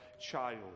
child